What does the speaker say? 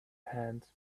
hand